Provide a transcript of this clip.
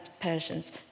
Persians